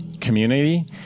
community